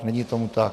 Není tomu tak.